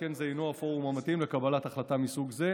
שכן זה אינו הפורום המתאים לקבלת החלטה מסוג זה.